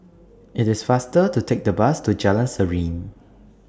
IT IS faster to Take The Bus to Jalan Serene